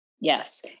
Yes